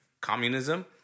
communism